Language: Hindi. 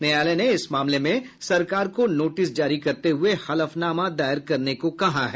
न्यायालय ने इस मामले में सरकार को नोटिस जारी करते हुए हलफनामा दायर करने को कहा है